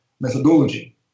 methodology